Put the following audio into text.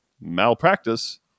malpractice